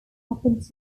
happened